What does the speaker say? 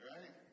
Right